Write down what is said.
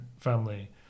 family